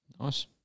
Nice